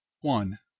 one.